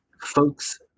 folks